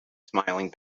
smiling